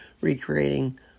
recreating